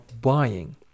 buying